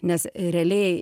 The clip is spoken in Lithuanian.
nes realiai